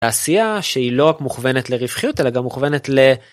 תעשייה שהיא לא רק מוכוונת לרווחיות אלא גם מוכוונת ל...